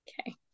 okay